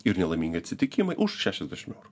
ir nelaimingi atsitikimai už šešiasdešim eurų